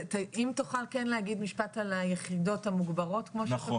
אם תוכל כן להגיד משפט על היחידות המוגברות כמו שאתה,